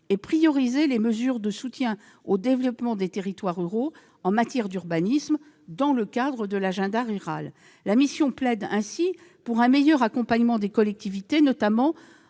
et prioriser les mesures de soutien au développement des territoires ruraux en matière d'urbanisme dans le cadre de l'Agenda rural. La mission plaide ainsi pour un meilleur accompagnement des collectivités, notamment